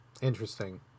Interesting